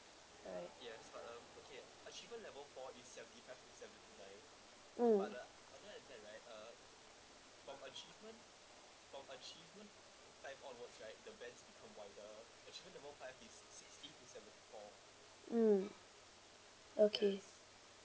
alright mm mm okay